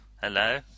Hello